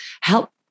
help